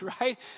right